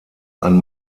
ein